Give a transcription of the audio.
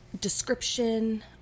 description